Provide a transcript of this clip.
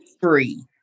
free